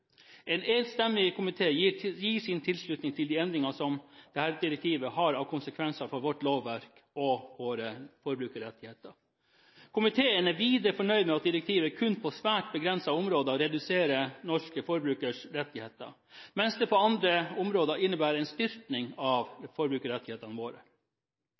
En enstemmig komité gir sin tilslutning til de endringene som dette direktivet har av konsekvenser for vårt lovverk og våre forbrukerrettigheter. Komiteen er videre fornøyd med at direktivet kun på svært begrensede områder reduserer norske forbrukeres rettigheter, mens det på andre områder innebærer en styrking av forbrukerrettighetene våre.